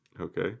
okay